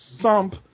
sump